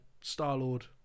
Star-Lord